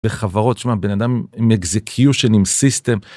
וחברות שמע בן אדם עם אקזיקיושן עם סיסטם.